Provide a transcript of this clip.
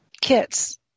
kits